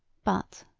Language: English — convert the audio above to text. but,